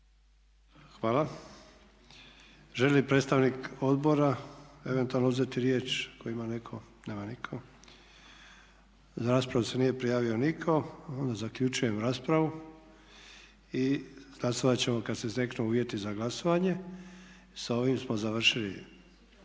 Hvala. Želi li predstavnik odbora eventualno uzeti riječ ako ima netko? Nema nitko. Za raspravu se nije prijavio nitko. Onda zaključujem raspravu i glasovat ćemo kad se steknu uvjeti za glasovanje. Sa ovim smo završili.